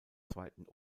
zweiten